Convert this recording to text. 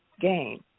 gain